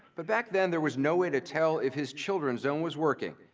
but back then, there was no way to tell if his children's zone was working.